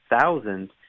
thousands